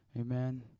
Amen